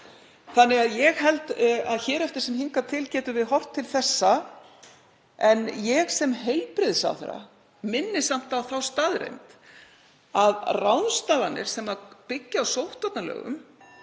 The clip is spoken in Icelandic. Þannig að ég held að hér eftir sem hingað til getum við horft til þessa. En ég sem heilbrigðisráðherra minni samt á þá staðreynd að ráðstafanir sem byggja á sóttvarnalögum